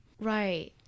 right